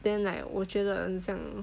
then like 我觉得很像